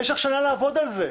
יש לך שנה לעבוד על זה.